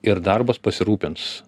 ir darbas pasirūpins